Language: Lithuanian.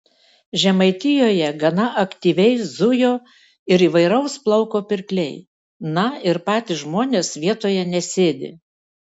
žemaitijoje gana aktyviai zujo ir įvairaus plauko pirkliai na ir patys žmonės vietoje nesėdi